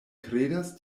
kredas